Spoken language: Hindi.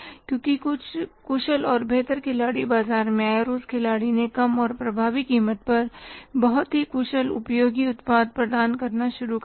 क्योंकि कुछ कुशल और बेहतर खिलाड़ी बाजार में आए और उस खिलाड़ी ने कम और प्रभावी कीमत पर बहुत ही कुशल उपयोगी उत्पाद प्रदान करना शुरू कर दिया